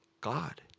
God